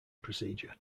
procedure